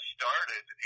started